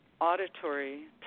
auditory